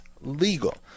legal